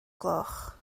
gloch